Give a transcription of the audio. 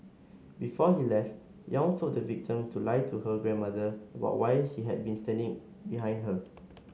before he left Yong told the victim to lie to her grandmother about why he had been standing behind her